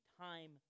time